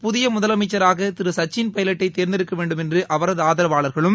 புதிய முதலமைச்சராக திரு சச்சின் பைலட்டை தேர்ந்தெடுக்க வேண்டும் என்று அவரது ஆதரவாளர்களும்